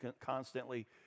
constantly